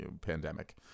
pandemic